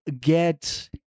get